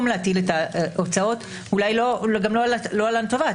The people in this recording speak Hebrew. להטיל את ההוצאות אולי גם לא על התובעת,